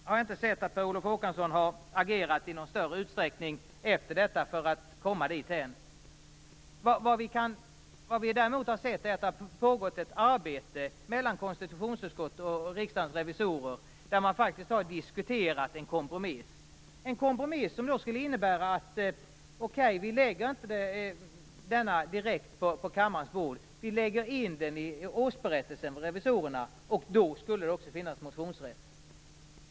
Jag har inte sett att Per Olof Håkansson efter detta i någon större utsträckning har agerat för att komma dithän. Vad vi däremot har sett är att det har pågått ett arbete mellan konstitutionsutskottet och Riksdagens revisorer. Man har faktiskt diskuterat en kompromiss som skulle innebära att man är överens om att inte lägga revisionspromemorian direkt på kammarens bord utan att lägga in den i revisorernas årsberättelse. Då skulle det också finnas motionsrätt.